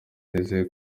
nizeye